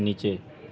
नीचे